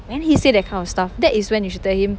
when he say that kind of stuff that is when you should tell him